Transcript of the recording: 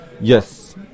Yes